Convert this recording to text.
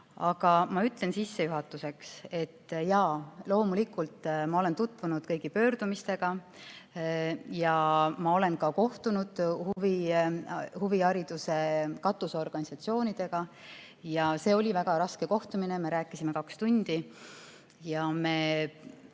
vastata. Ütlen sissejuhatuseks, et jaa, loomulikult ma olen tutvunud kõigi pöördumistega ja olen ka kohtunud huvihariduse katusorganisatsioonidega. See oli väga raske kohtumine, me rääkisime kaks tundi ja